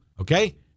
Okay